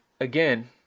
again